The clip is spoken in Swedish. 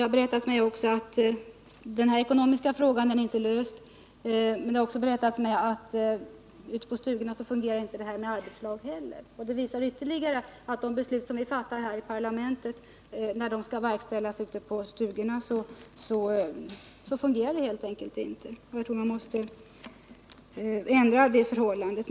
Nr 29 Den ekonomiska frågan är inte löst, men det har också berättats för mig att Torsdagen den ute på barnstugorna fungerar inte den här ordningen med arbetslag heller. 9 november 1978 Det visar ytterligare att när de beslut som vi fattar här i riksdagen skall verkställas så fungerar det helt enkelt inte. Jag tror man måste ändra på det förhållandet.